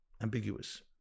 ambiguous